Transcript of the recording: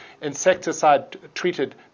insecticide-treated